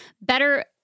better